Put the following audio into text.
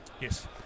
Yes